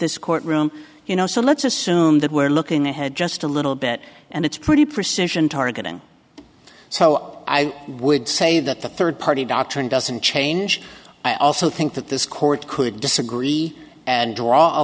this court room you know so let's assume that we're looking ahead just a little bit and it's pretty precision targeting so i would say that the third party doctrine doesn't change i also think that this court could disagree and draw a